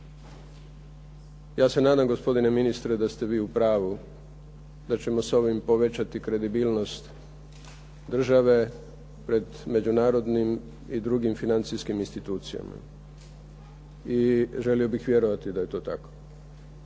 Ja se nadam gospodine ministre da ste vi u pravu da ćemo sa ovim povećati kredibilnost države pred međunarodnim i drugim financijskim institucijama i želio bih vjerovati da je to tako.